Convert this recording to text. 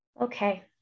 Okay